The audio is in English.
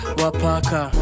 wapaka